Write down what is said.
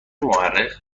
مورخ